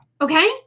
okay